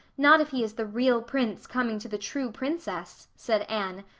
not if he is the real prince coming to the true princess, said anne,